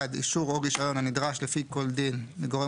אישור או רישיון הנדרש לפי כל דין מגורם